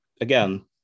again